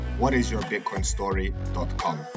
whatisyourbitcoinstory.com